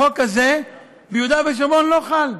החוק הזה ביהודה ושומרון לא חל.